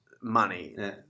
money